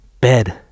bed